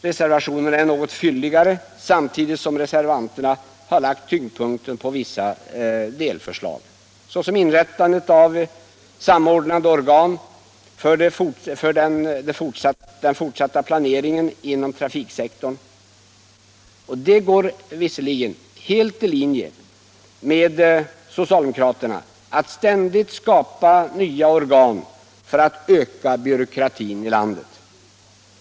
Reservationerna är något fylligare, och reservanterna har lagt tyngdpunkten på vissa delförslag, såsom inrättande av samordnande organ för den fortsatta planeringen inom trafiksektorn. Detta står helt i linje med socialdemokraternas vilja att ständigt skapa nya organ för att öka byråkratin i landet.